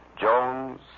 Jones